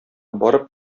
барып